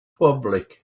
public